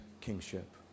kingship